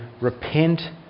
Repent